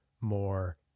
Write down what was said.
more